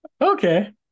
Okay